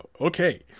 Okay